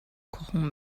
kochen